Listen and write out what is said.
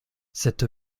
cette